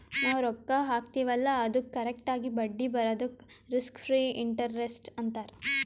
ನಾವ್ ರೊಕ್ಕಾ ಹಾಕ್ತಿವ್ ಅಲ್ಲಾ ಅದ್ದುಕ್ ಕರೆಕ್ಟ್ ಆಗಿ ಬಡ್ಡಿ ಬರದುಕ್ ರಿಸ್ಕ್ ಫ್ರೀ ಇಂಟರೆಸ್ಟ್ ಅಂತಾರ್